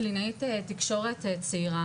קלינאית תקשורת צעירה,